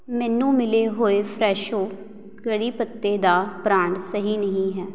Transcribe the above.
ਮੈਨੂੰ ਮਿਲੇ ਹੋਏ ਫਰੈਸ਼ੋ ਕੜ੍ਹੀ ਪੱਤੇ ਦਾ ਬ੍ਰਾਂਡ ਸਹੀ ਨਹੀਂ ਹੈ